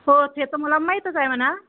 हो ते तर माहीतच आहे म्हणा